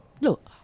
Look